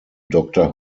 doctor